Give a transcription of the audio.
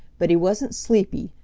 but he wasn't sleepy,